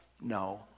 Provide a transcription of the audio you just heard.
No